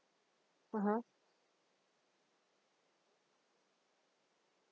(uh huh)